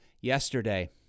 yesterday